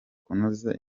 kunoza